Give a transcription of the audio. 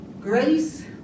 Grace